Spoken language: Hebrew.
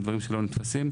זה דברים שלא נתפסים.